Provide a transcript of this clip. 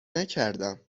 نکردم